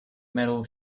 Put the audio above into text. metal